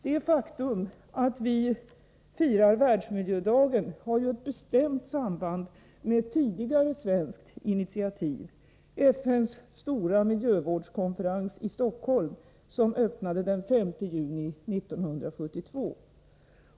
Det faktum att vi firar Världsmiljödagen har ju ett bestämt samband med ett tidigare svenskt initiativ — FN:s stora miljövårdskonferens i Stockholm, som öppnade den 5 juni 1972.